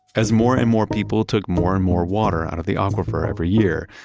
as more and more people took more and more water out of the aquifer every year,